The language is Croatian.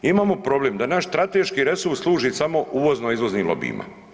Imamo problem da naš strateški resurs služi samo uvozno izvoznim lobijima.